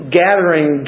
gathering